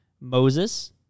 Moses